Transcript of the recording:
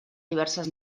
diverses